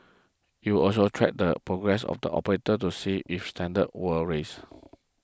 it will also track the progress of the operators to see if standards were raised